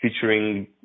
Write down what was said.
featuring